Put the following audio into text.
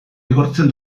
igortzen